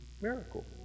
miracle